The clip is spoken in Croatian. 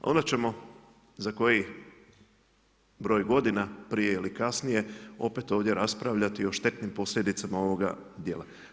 Ono ćemo za koji broj godina prije ili kasnije, opet ovdje raspravljati o štetnim posljedicama ovoga dijela.